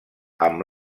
amb